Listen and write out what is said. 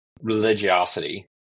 religiosity